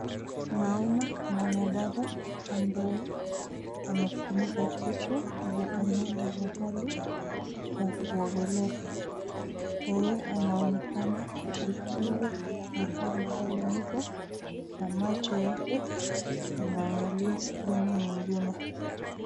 Naona mwanadada ambaye amejifunika kichwa na ameenda mahali kwa kuogelea. Yeye anaonekana kushikilia mahali pale mwisho na macho yake yanaangalia sehemu nyengine.